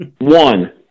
one